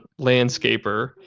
landscaper